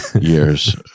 years